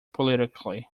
politically